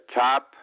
top